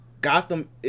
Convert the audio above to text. Gotham